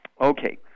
Okay